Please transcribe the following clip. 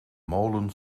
molen